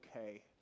okay